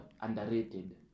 underrated